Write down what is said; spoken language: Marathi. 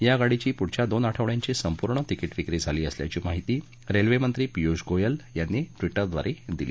या गाडीची पुढच्या दोन आठवड्यांची संपूर्ण तिकीटविक्री झाली असल्याची माहिती रेल्वेमंत्री पियुष गोयल यांनी ट्विटरद्वारे दिली